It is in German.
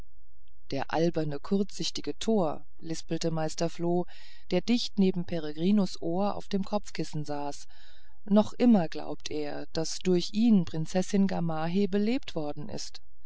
der alberne kurzsichtige tor lispelte meister floh der dicht neben peregrinus ohr auf dem kopfkissen saß noch immer glaubt er daß durch ihn prinzessin gamaheh belebt worden ist